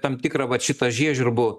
tam tikrą vat šitą žiežirbų